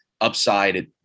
upside